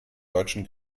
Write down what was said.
deutschen